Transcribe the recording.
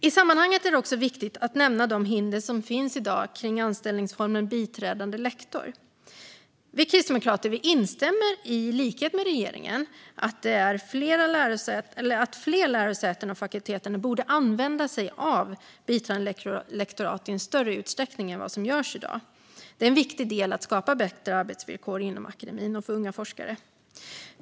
I sammanhanget är det också viktigt att nämna de hinder som finns i dag när det gäller anställningsformen biträdande lektor. Kristdemokraterna instämmer i likhet med regeringen i att fler lärosäten och fakulteter borde använda sig av biträdande lektorat i större utsträckning än vad som görs i dag. Det är en viktig del i att skapa bättre arbetsvillkor inom akademin och för unga forskare.